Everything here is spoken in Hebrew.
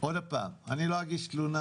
עוד פעם אני לא אגיש תלונה,